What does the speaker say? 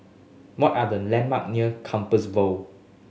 what are the landmarks near Compassvale Bow